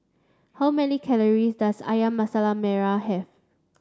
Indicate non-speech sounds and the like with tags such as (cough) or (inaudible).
how many calorie does Ayam (unintelligible) Merah have